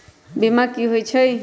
बीमा कि होई छई?